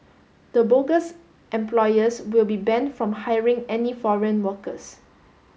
the bogus employers will be banned from hiring any foreign workers